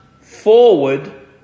forward